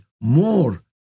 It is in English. more